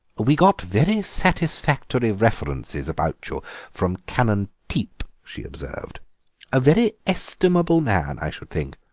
we got very satisfactory references about you from canon teep, she observed a very estimable man, i should think.